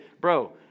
bro